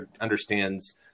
understands